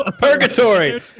Purgatory